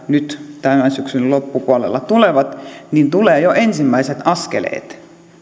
nyt tämän syksyn loppupuolella tulee tulevat jo ensimmäiset askeleet